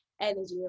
energy